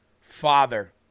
Father